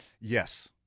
Yes